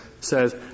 says